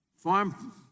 Farm